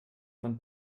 von